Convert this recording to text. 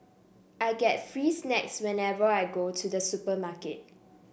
I get free snacks whenever I go to the supermarket